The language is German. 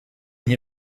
hier